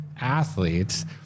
athletes